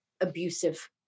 abusive